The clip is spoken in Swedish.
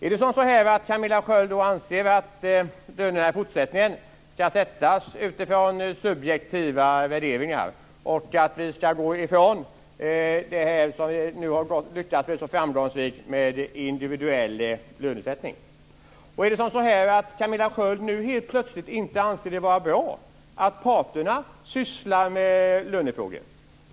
Är det så att Camilla Sköld Jansson anser att lönerna i fortsättningen ska sättas utifrån subjektiva värderingar? Ska vi gå ifrån individuell lönesättning, som vi så framgångsrikt har lyckats med? Är det så att Camilla Sköld Jansson nu helt plötsligt inte anser det vara bra att parterna sysslar med lönefrågor?